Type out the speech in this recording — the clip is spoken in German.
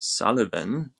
sullivan